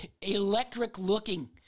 electric-looking